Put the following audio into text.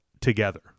together